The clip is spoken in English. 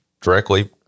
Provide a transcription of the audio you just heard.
directly